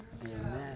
Amen